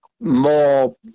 more